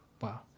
wow